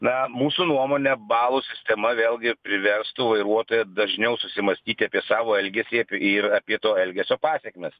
na mūsų nuomone balų sistema vėlgi priverstų vairuotoją dažniau susimąstyti apie savo elgesį apie ir apie to elgesio pasekmes